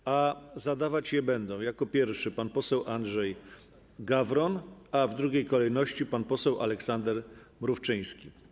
Pytanie zadawać będą: jako pierwszy pan poseł Andrzej Gawron, a w drugiej kolejności pan poseł Aleksander Mrówczyński.